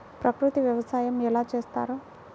ప్రకృతి వ్యవసాయం ఎలా చేస్తారు?